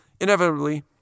Inevitably